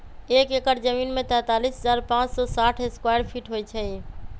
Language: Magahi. एक एकड़ जमीन में तैंतालीस हजार पांच सौ साठ स्क्वायर फीट होई छई